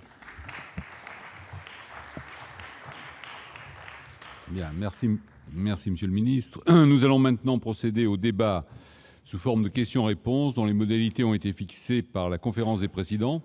beaucoup de bon sens. Nous allons maintenant procéder au débat sous forme de questions-réponses dont les modalités ont été fixées par la conférence des présidents.